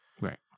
Right